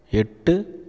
எட்டு